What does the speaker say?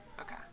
Okay